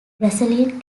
brazilian